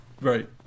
Right